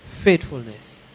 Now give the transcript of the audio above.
faithfulness